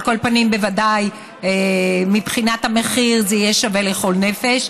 על כל פנים ודאי מבחינת המחיר זה יהיה שווה לכל נפש,